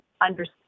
understand